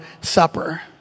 Supper